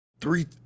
three